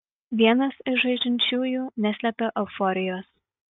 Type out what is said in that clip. vienas iš žaidžiančiųjų neslepia euforijos